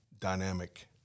dynamic